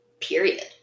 Period